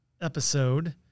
episode